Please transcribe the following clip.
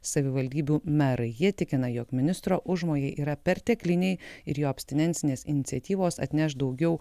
savivaldybių merai jie tikina jog ministro užmojai yra pertekliniai ir jo abstinentinės iniciatyvos atneš daugiau